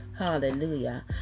hallelujah